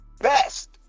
best